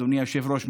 אדוני היושב-ראש,